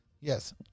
Yes